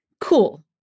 cool